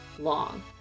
long